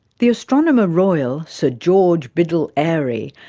the astronomer royal, sir george biddell airy,